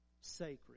sacred